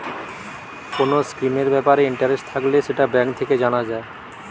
কোন স্কিমের ব্যাপারে ইন্টারেস্ট থাকলে সেটা ব্যাঙ্ক থেকে জানা যায়